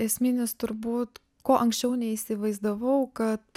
esminis turbūt ko anksčiau neįsivaizdavau kad